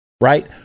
right